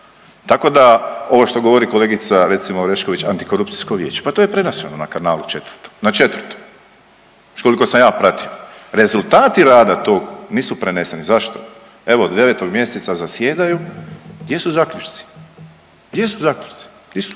Tako da ovo što govori kolegica recimo Orešković Antikorupcijsko vijeće, pa to je prenošeno na kanalu 4., na 4., koliko sam ja pratio, rezultati rada tog nisu preneseni, zašto? Evo od 9 mjeseca zasjedaju, gdje su zaključci, gdje su zaključci, di su?